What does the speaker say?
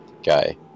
guy